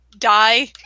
die